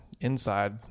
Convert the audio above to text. inside